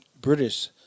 british